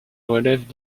relèvent